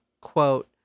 quote